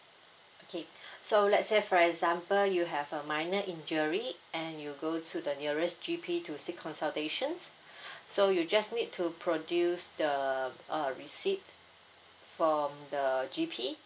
okay so let's say for example you have a minor injury and you go to the nearest G_P to seek consultations so you just need to produce the uh receipt from the G_P